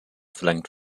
verlangt